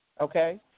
Okay